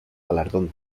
galardón